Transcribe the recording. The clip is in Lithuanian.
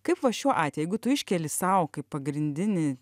kaip va šiuo atveju jeigu tu iškeli sau kaip pagrindinį